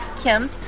Kim